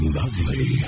lovely